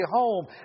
home